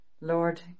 Lord